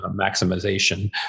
maximization